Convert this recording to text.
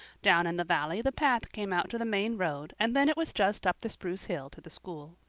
down in the valley the path came out to the main road and then it was just up the spruce hill to the school.